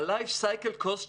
ה-Life Cycle Cost שלה,